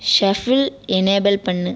shuffle enable பண்ணு